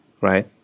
Right